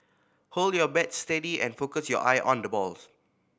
hold your bat steady and focus your eye on the balls